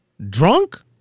Drunk